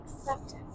Acceptance